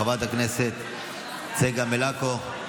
חברת הכנסת צגה מלקו,